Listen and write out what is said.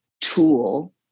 Tool